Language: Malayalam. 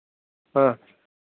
ആ